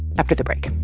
after the break